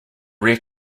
rare